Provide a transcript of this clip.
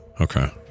Okay